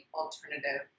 alternative